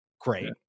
Great